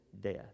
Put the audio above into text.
Death